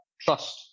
trust